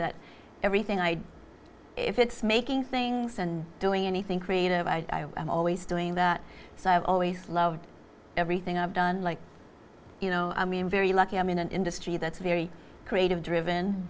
that everything i do if it's making things and doing anything creative i am always doing that so i've always loved everything i've done like you know i mean very lucky i'm in an industry that's very creative driven